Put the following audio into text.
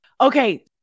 Okay